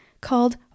called